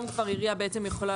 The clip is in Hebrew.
היום כבר עירייה יכולה.